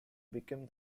become